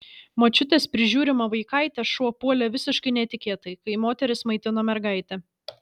močiutės prižiūrimą vaikaitę šuo puolė visiškai netikėtai kai moteris maitino mergaitę